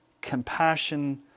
compassion